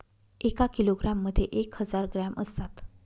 एका किलोग्रॅम मध्ये एक हजार ग्रॅम असतात